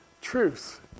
truth